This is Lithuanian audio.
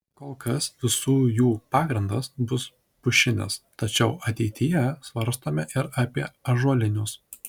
kol kas visų jų pagrindas bus pušinis tačiau ateityje svarstome ir apie ąžuolinius